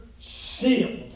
sealed